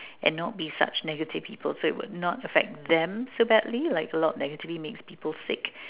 and not be such negative people so it would not affect them so badly like a lot of negativity makes people sick